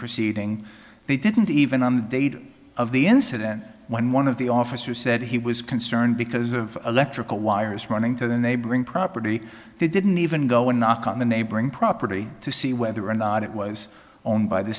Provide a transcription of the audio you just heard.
proceeding they didn't even on the date of the incident when one of the officers said he was concerned because of electrical wires running to the neighboring property they didn't even go a knock on the neighboring property to see whether or not it was owned